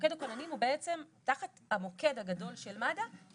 מוקד הכוננים הוא בעצם תחת המוקד הגדול של מד"א,